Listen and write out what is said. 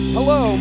Hello